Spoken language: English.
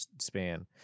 span